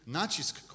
nacisk